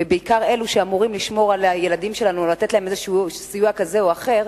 ובעיקר אלו שאמורים לשמור על הילדים שלנו או לתת להם סיוע כזה או אחר,